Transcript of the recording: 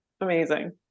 Amazing